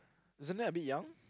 isn't that a bit young